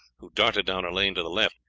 who darted down a lane to the left,